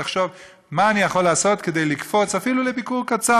תחשוב מה אני יכול לעשות כדי לקפוץ אפילו לביקור קצר,